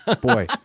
Boy